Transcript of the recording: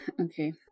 Okay